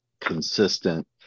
consistent